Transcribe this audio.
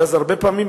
ואז הרבה פעמים,